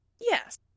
yes